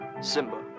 Simba